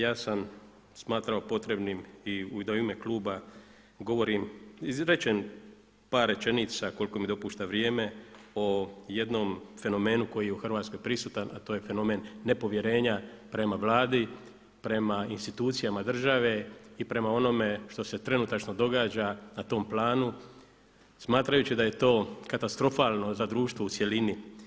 Ja sam smatrao potrebnim i da u ime kluba govorim, izrečem par rečenica koliko mi dopušta vrijeme o jednom fenomenu koji je u Hrvatskoj prisutan a to je fenomen nepovjerenja prema Vladi, prema institucijama države i prema onome što se trenutačno događa na tom planu smatrajući da je to katastrofalno za društvo u cjelini.